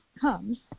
comes